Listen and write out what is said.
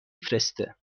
فرسته